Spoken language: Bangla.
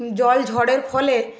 জল ঝড়ের ফলে